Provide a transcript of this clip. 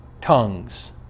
tongues